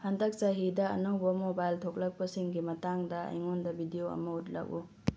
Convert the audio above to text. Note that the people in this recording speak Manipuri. ꯍꯟꯗꯛ ꯆꯍꯤꯗ ꯑꯅꯧꯕ ꯃꯣꯕꯥꯏꯜ ꯊꯣꯛꯂꯛꯄꯁꯤꯡꯒꯤ ꯃꯇꯥꯡꯗ ꯑꯩꯉꯣꯟꯗ ꯕꯤꯗꯤꯑꯣ ꯑꯃ ꯎꯠꯂꯛꯎ